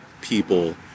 people